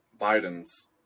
Biden's